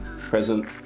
present